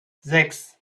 sechs